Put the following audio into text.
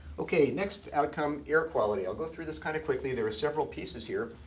ok. next outcome, air quality. i'll go through this kind of quickly. there are several pieces here.